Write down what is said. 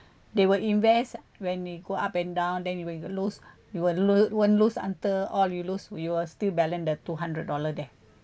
they will invest when they go up and down then you will lose you will lose won't lose until all you lose you are still balance the two hundred dollar there